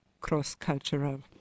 cross-cultural